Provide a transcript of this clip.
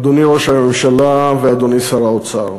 אדוני ראש הממשלה ואדוני שר האוצר,